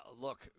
look